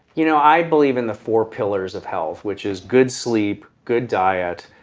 you know i believe in the four pillars of health which is good sleep, good diet,